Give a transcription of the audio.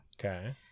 Okay